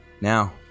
now